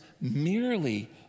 merely